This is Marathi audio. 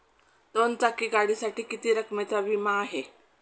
दोन चाकी गाडीसाठी किती रकमेचा विमा आहे?